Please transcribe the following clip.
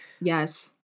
Yes